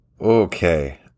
Okay